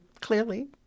clearly